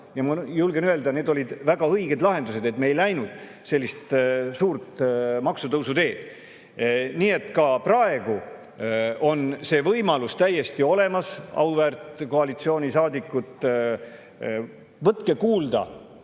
Ja ma julgen öelda, et need olid väga õiged lahendused, me ei läinud sellist suurt maksutõusu teed. Nii et ka praegu on see võimalus täiesti olemas, auväärt koalitsioonisaadikud. Võtke kuulda